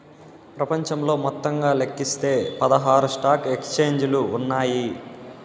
ప్రపంచంలో మొత్తంగా లెక్కిస్తే పదహారు స్టాక్ ఎక్స్చేంజిలు ఉన్నాయి